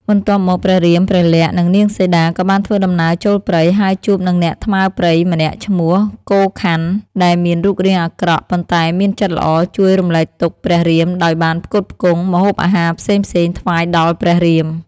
បន្ទាប់មក ព្រះរាម ព្រះលក្សណ៍ និងនាងសីតា ក៏បានធ្វើដំណើរចូលព្រៃ ហើយជួបនឹងអ្នកថ្មើរព្រៃម្នាក់ឈ្មោះ កូខ័ន ដែលមានរូបរាងអាក្រក់ ប៉ុន្តែមានចិត្តល្អជួយរំលែកទុក្ខព្រះរាមដោយបានផ្គត់ផ្គង់ ម្ហូបអាហារផ្សេងៗថ្វាយដល់ព្រះរាម។